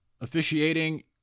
Officiating